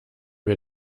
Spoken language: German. wir